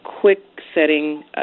quick-setting